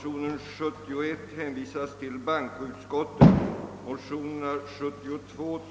Som kvalificeringsdagar räknas även sjukdagar.